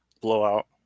blowout